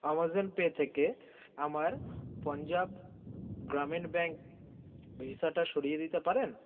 Amazon pay থেকে আমার Punjab Gramin bank ভিসাটা সরিয়ে দিতে পারেন